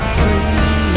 free